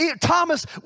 Thomas